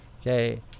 okay